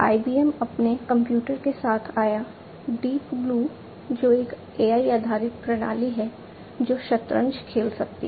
IBM अपने computer के साथ आया डीप ब्लू जो एक AI आधारित प्रणाली है जो शतरंज खेल सकती है